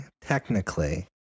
technically